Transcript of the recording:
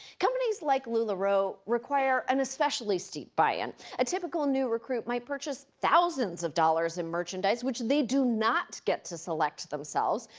companies like lularoe require an especially steep buy-in. a typical new recruit might purchase thousands of dollars in merchandise, which they do not get to select themselves.